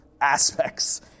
aspects